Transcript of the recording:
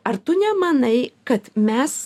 ar tu nemanai kad mes